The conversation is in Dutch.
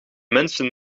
mensen